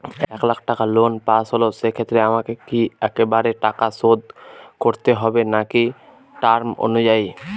এক লাখ টাকা লোন পাশ হল সেক্ষেত্রে আমাকে কি একবারে টাকা শোধ করতে হবে নাকি টার্ম অনুযায়ী?